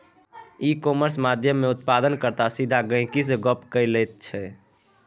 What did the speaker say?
इ कामर्स माध्यमेँ उत्पादन कर्ता सीधा गहिंकी सँ गप्प क लैत छै